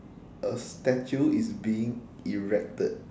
a statue is being erected